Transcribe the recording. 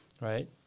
right